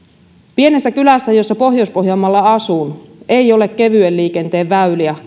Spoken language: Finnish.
pienessä kylässä jossa pohjois pohjanmaalla asun ei ole kevyen liikenteen väyliä